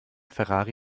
ferrari